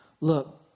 look